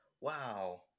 Wow